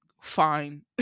fine